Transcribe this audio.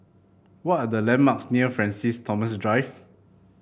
what are the landmarks near Francis Thomas Drive